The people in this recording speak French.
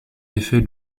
effet